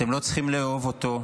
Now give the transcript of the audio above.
אתם לא צריכים לאהוב אותו,